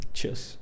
Cheers